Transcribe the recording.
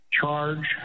charge